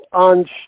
on